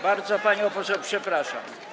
Bardzo panią poseł przepraszam.